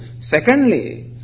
secondly